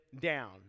down